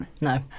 No